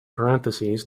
parentheses